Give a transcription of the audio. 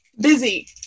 busy